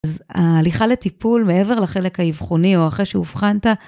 אז ההליכה לטיפול מעבר לחלק האבחוני או אחרי שאובחנת,